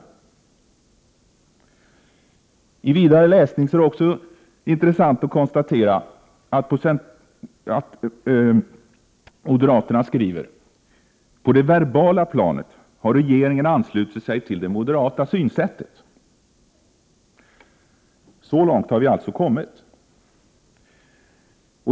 Vid vidare läsning är det också intressant att konstatera att moderaterna skriver: ”På det verbala planet har regeringen anslutit sig till det moderata synsättet ———.” Så långt har vi alltså kommit.